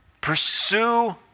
Pursue